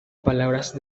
palabras